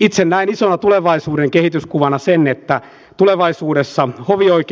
itse näin selvä tulevaisuuden kehityskuvana sen että ei niitä kyllä ole